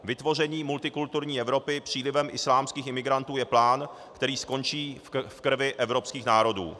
Vytvoření multikulturní Evropy přílivem islámských imigrantů je plán, který skončí v krvi evropských národů.